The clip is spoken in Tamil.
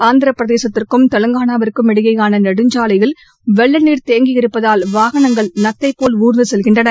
ஆந்திர பிரதேசத்திற்கும் தெலங்கானாவிற்கும் இடையேயான நெடுஞ்சாலையில் வெள்ளநீர் தேங்கி இருப்பதால் வாகனங்கள் நத்தைபோல் ஊர்ந்து செல்கின்றன